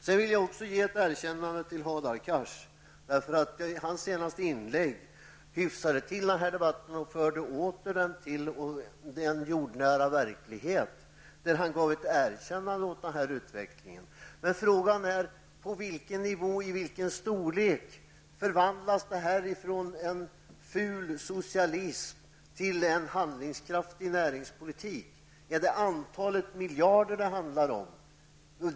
Sedan vill jag också ge ett erkännande till Hadar Cars. Hans senaste inlägg hyfsade till den här debatten och återförde den till den jordnära verkligheten, när han gav ett erkännande åt den här utvecklingen. Men frågan är: På vilken nivå och vid vilken storlek förvandlas det här från en ful socialism till en handlingskraftig näringspolitik? Är det antalet miljarder det handlar om?